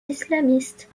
islamistes